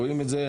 רואים את זה,